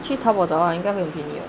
去淘宝的话应该会很便宜的